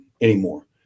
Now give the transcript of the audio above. anymore